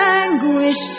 anguish